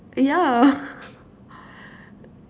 ya